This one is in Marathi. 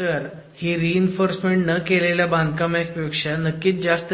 तर ही रीइन्फोर्स न केलेल्या बांधकामापेक्षा जास्त